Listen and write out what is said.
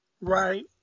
right